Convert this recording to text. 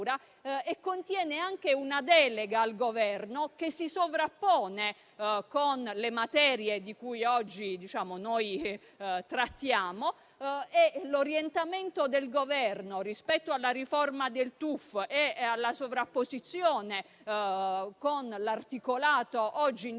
lettura, e anche una delega al Governo che si sovrappone con le materie di cui oggi trattiamo. L'orientamento del Governo rispetto alla riforma del testo unico della finanza e alla sovrapposizione con l'articolato oggi in discussione